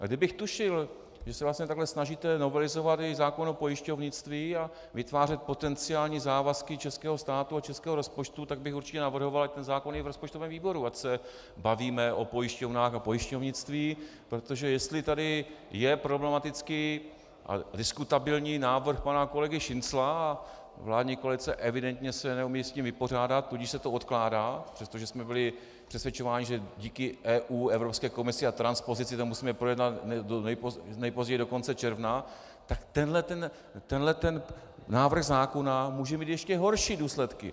Kdybych tušil, že se vlastně takhle snažíte novelizovat i zákon o pojišťovnictví a vytvářet potenciální závazky českého státu a českého rozpočtu, tak bych určitě navrhoval, ať ten zákon je v rozpočtovém výboru, ať se bavíme o pojišťovnách a pojišťovnictví, protože jestli tady je problematický a diskutabilní návrh pana kolegy Šincla a vládní koalice evidentně se neumí s tím vypořádat, tudíž se to odkládá, přestože jsme byli přesvědčováni, že díky EU, Evropské komisi a transpozici to musíme projednat nejpozději do konce června, tak tenhle návrh zákona může mít ještě horší důsledky.